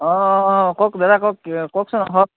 অঁ অঁ অঁ কওক দাদা কওক কওকচোন আহক